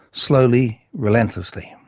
slowly, relentlessly.